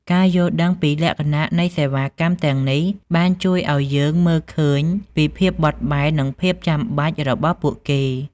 ការយល់ដឹងពីលក្ខណៈនៃសេវាកម្មទាំងនេះបានជួយឱ្យយើងមើលឃើញពីភាពបត់បែននិងភាពចាំបាច់របស់ពួកគេ។